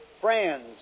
friends